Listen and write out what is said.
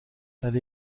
برای